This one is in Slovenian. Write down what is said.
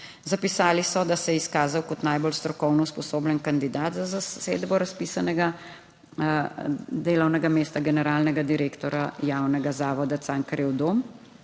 Zapisali so, da se je izkazal kot najbolj strokovno usposobljen kandidat za zasedbo razpisanega delovnega mesta generalnega direktorja javnega zavoda Cankarjev dom,